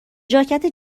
ژاکت